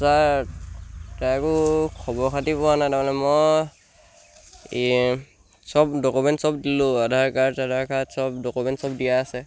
sir তাৰ একো খবৰ খাতি পোৱা নাই তাৰমানে মই এই চব ডকুমেণ্টছ চব দিলোঁ আধাৰ কাৰ্ড চাধাৰ কাৰ্ড চব ডকুমেণ্টছ চব দিয়া আছে